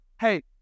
Hey